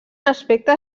aspecte